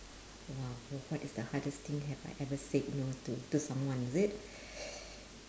!wow! what is the hardest thing have I ever said no to to someone is it